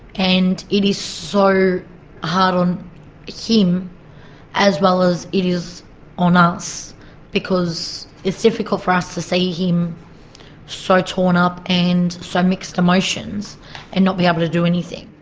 and it is so hard on him as well as it is on us because it's difficult for us to see him so torn up and so mixed emotions and not be able to do anything.